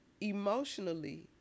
emotionally